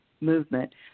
movement